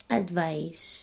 advice